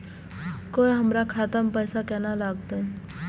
कोय हमरा खाता में पैसा केना लगते?